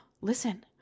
listen